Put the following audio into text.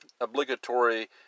obligatory